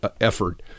effort